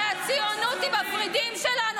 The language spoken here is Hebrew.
הרי הציונות היא בוורידים שלנו,